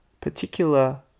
particular